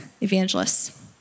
evangelists